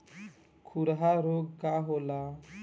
खुरहा रोग का होला?